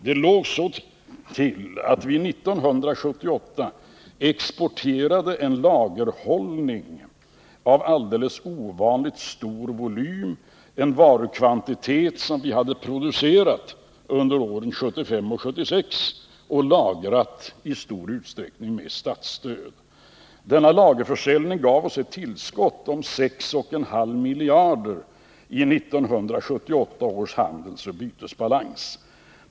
Det låg så till att vi 1978 exporterade från en lagerhållning av alldeles ovanligt stor volym, en varukvantitet som vi hade producerat under åren 1975 och 1976 och lagrat i stor utsträckning med statsstöd. Denna lagerförsäljning gav oss ett tillskott om 6,5 miljarder i 1978 års handelsoch bytesbalans.